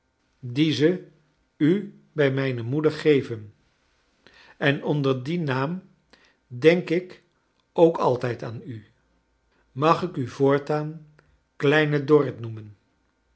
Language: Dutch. dien ze u ook bij mijne moeder geven en onder dien naam denk ik ook altijd aan u mag ik u voortaan kleine dorrit noemen